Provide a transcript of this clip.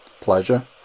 pleasure